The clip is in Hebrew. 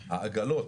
העגלות,